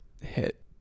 hit